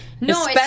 No